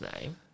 name